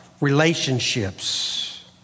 relationships